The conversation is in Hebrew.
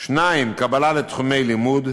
(2) קבלה לתחומי לימוד,